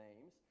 names